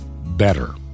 better